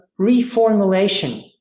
reformulation